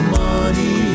money